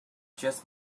just